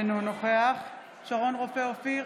אינו נוכח שרון רופא אופיר,